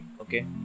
okay